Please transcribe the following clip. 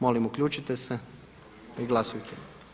Molimo uključite se i glasujte.